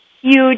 huge